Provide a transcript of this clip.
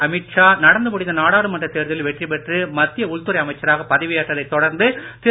அமீத் ஷா நடந்து முடிந்த நாடாளுமன்ற தேர்தலில் வெற்றி பெற்று மத்திய உள்துறை அமைச்சராக பதவியேற்றதைத் தொடர்ந்து திரு